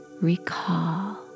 recall